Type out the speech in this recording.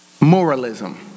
moralism